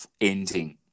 ending